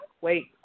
wait